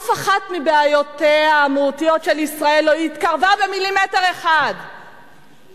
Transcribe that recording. אף אחת מבעיותיה המהותיות של ישראל לא התקרבה במילימטר אחד לפתרון,